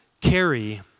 carry